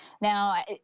Now